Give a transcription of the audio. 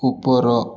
ଉପର